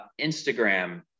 Instagram